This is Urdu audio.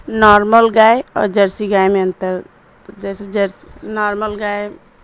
نارمل گائے اور جرسی گائے میں انتر جیسے ج نارمل گائے